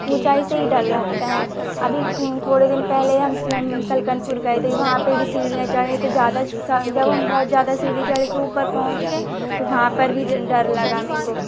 ऊँचाई से ही डर लगता है अभी थोड़े दिन पहले हम सेम सलकनपुर गए थे वहाँ पर भी सीढ़ियाँ चढ़े तो ज़्यादा स जब हम बहुत ज़्यादा सीढ़ी चढ़े के ऊपर पहुँच गए तो वहाँ पर भी जो डर लगा मुझको